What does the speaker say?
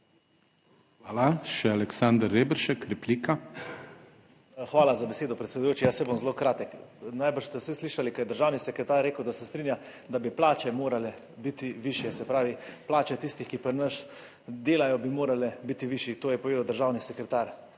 replika. **ALEKSANDER REBERŠEK (PS NSi):** Hvala za besedo, predsedujoči. Ja, saj bom zelo kratek. Najbrž ste vsi slišali, ko je državni sekretar rekel, da se strinja, da bi plače morale biti višje, se pravi, plače tistih, ki pri nas delajo, bi morale biti višje, to je povedal državni sekretar,